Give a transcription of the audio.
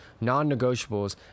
non-negotiables